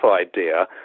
idea